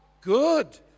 Good